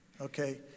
Okay